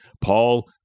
Paul